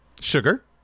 Sugar